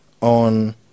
on